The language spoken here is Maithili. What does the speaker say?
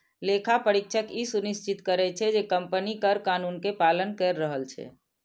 लेखा परीक्षक ई सुनिश्चित करै छै, जे कंपनी कर कानून के पालन करि रहल छै